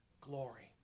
glory